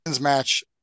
match